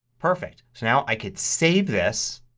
perfect. so now i can save this